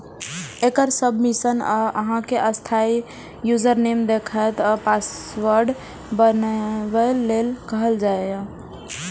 सफल सबमिशन पर अहां कें अस्थायी यूजरनेम देखायत आ पासवर्ड बनबै लेल कहल जायत